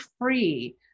free